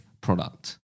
product